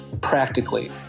practically